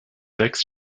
sechs